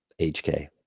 HK